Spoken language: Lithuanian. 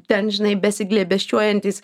ten žinai besiglėbesčiuojantys